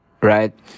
right